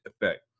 effect